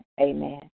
Amen